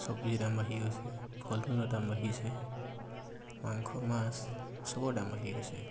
চব্জিৰ দাম বাঢ়ি গৈছে ফল মূলৰ দাম বাঢ়িছে মাংস মাছ সবৰ দাম বাঢ়ি গৈছে